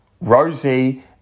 Rosie